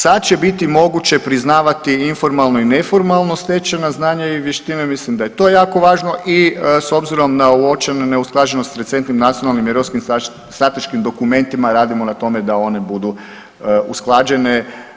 Sad će biti moguće priznavati informalno i neformalno stečena znanja i vještine, mislim da je to jako važno i s obzirom na uočene neusklađenosti s recentnim nacionalnim i europskim strateškim dokumentima radimo na tome da one budu usklađene.